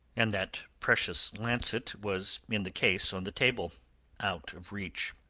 and that precious lancet was in the case on the table out of reach.